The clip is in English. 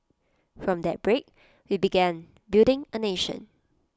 from that break we began building A nation